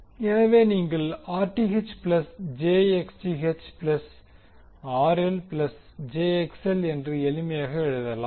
எனவே நீங்கள் Rth plus j XTh plus RL plus j XL என்று எளிமையாக எழுதலாம்